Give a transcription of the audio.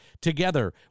Together